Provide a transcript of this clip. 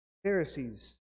Pharisees